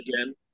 again